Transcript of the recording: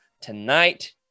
tonight